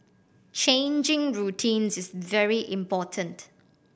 changing routines is very important